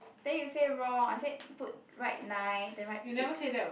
then you say wrong I said put write nine then write pigs